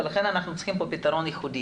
ולכן אנחנו צריכים פה פתרון ייחודי.